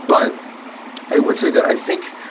but i would say that i think